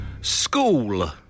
School